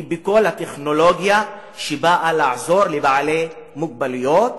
בכל טכנולוגיה שבאה לעזור לבעלי מוגבלויות